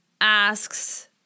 asks